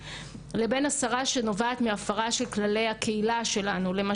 אלינו כשיש מקרה ספציפי ולהסביר את הדחיפות ואת הקונטקסט